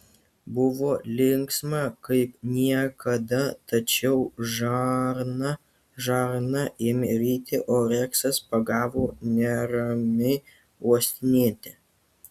buvo linksma kaip niekada tačiau žarna žarną ėmė ryti o reksas pagavo neramiai uostinėti